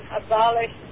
abolish